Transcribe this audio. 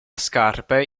scarpe